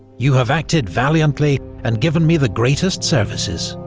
you have acted valiantly and given me the greatest services.